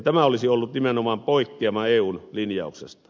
tämä olisi ollut nimenomaan poikkeama eun linjauksesta